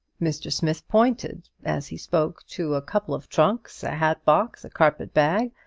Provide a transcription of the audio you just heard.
mr. smith pointed as he spoke to a couple of trunks, a hatbox, a carpet-bag,